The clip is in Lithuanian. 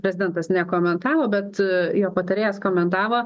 prezidentas nekomentavo bet jo patarėjas komentavo